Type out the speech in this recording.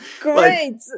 Great